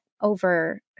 over